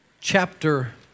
chapter